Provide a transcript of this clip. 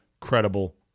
credible